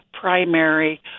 primary